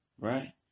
Right